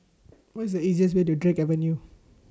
What IS The easiest Way to Drake Avenue